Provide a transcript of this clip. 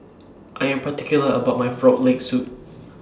I Am particular about My Frog Leg Soup